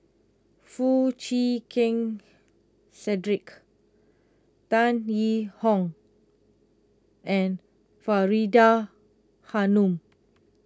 Foo Chee Keng Cedric Tan Yee Hong and Faridah Hanum